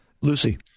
Lucy